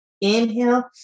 Inhale